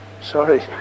Sorry